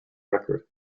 record